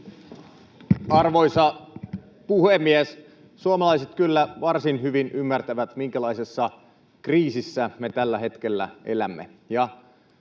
Arvoisa puhemies! Suomalaiset kyllä varsin hyvin ymmärtävät, minkälaisessa kriisissä me tällä hetkellä elämme,